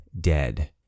dead